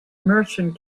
merchant